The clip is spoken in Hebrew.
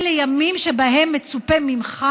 אלה ימים שבהם מצופה ממך,